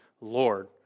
Lord